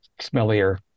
smellier